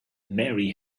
mary